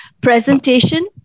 presentation